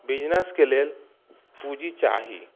बिजनेसके लेल पूँजी चाही